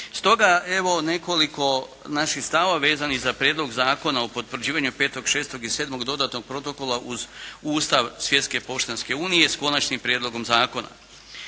Stoga evo nekoliko naših stavova vezanih za Prijedlog zakona o potvrđivanju 5., 6. i 7. dodatnog protokola uz Ustav Svjetske poštanske unije, s konačnim prijedlogom zakona.